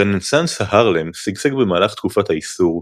הרנסאנס הארלם שגשג במהלך תקופת האיסור,